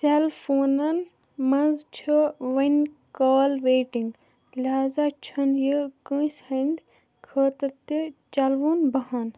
sale فونَن مَنٛز چھِ وۅنۍ کال ویٹِنٛگ لہذا چھُنہٕ یہِ کٲنٛسہِ ہٕنٛدۍ خٲطرٕ تہِ چلوُن بہانہٕ